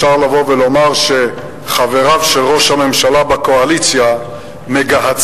אפשר לבוא ולומר שחבריו של ראש הממשלה בקואליציה מגהצים